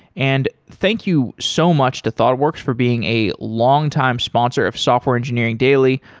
and thank you so much to thoughtworks for being a longtime sponsor of software engineering daily.